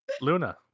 Luna